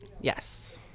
yes